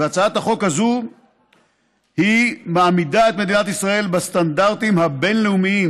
והצעת החוק הזאת מעמידה את מדינת ישראל בסטנדרטים הבין-לאומיים